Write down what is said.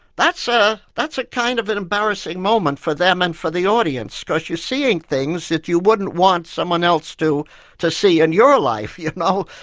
that's so that's a kind of and embarrassing moment for them and for the audience because you're seeing things that you wouldn't want someone else to to see in your life, you know,